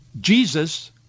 Jesus